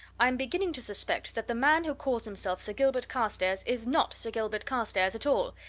i'm beginning to suspect that the man who calls himself sir gilbert carstairs is not sir gilbert carstairs at all!